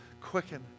quicken